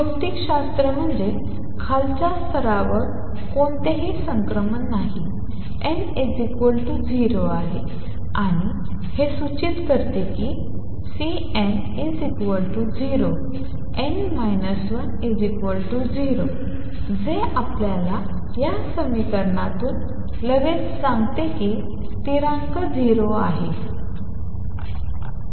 भौतिकशास्त्र म्हणजे खालच्या स्तरावर कोणतेही संक्रमण नाही n 0 आहे आणि हे सूचित करते की Cn0n 10 जे आपल्याला या समीकरणातून लगेच सांगते की स्थिरान्क 0 आहे